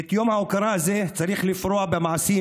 את יום ההוקרה הזה צריך לפרוע במעשים.